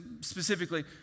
Specifically